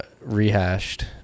rehashed